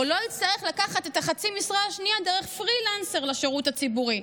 או לא יצטרך לקחת את חצי המשרה השנייה דרך פרילנסר לשירות הציבורי.